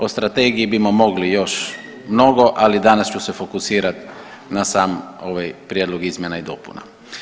O strategiji bismo mogli još mnogo, ali danas ću se fokusirati na sam ovaj prijedlog izmjena i dopuna.